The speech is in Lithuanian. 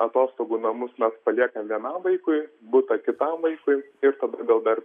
atostogų namus mes paliekam vienam vaikui butą kitam vaikui ir tada gal dar